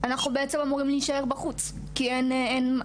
כשיש בעיות עם נשים,